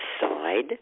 side